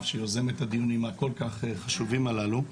שיוזמת את הדיונים הכל כך חשובים הללו,